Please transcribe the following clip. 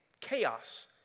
chaos